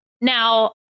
now